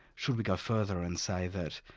should we go further and say that.